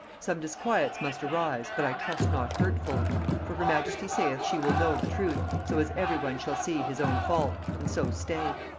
some disquiets must arise, but i trust not hurtful for her majesty saith she will know the truth, so as every one shall see his own fault, and so stay.